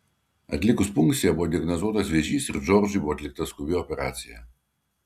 atlikus punkciją buvo diagnozuotas vėžys ir džordžui buvo atlikta skubi operacija